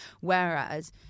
whereas